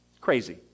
Crazy